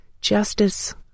justice